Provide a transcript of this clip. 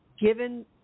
given